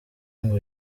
ngo